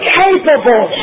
capable